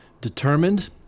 determined